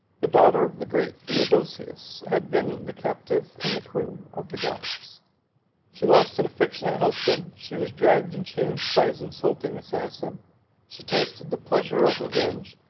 the daughter of the great theodosius had been the captive, and the queen, of the goths she lost an affectionate husband she was dragged in chains by his insulting assassin she tasted the pleasure of revenge,